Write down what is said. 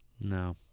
no